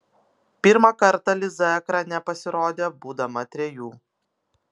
pirmą kartą liza ekrane pasirodė būdama trejų